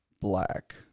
Black